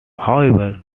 however